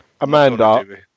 Amanda